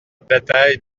bataille